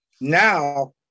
now